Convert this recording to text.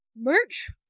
merch